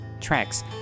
tracks